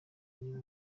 niba